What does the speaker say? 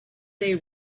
they